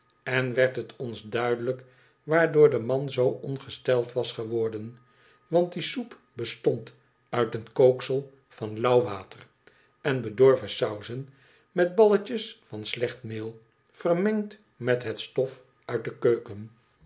en werd het ons duidelijk waardoor de man zoo ongesteld was geworden want die soep bestond uit een kooksel van lauw water en bedorven sauzen met balletjes van slecht meel vermengd met het stof uit de keuken